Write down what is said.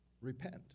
Repent